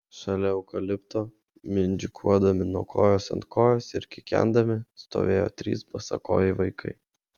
šalia eukalipto mindžikuodami nuo kojos ant kojos ir kikendami stovėjo trys basakojai vaikai